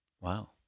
Wow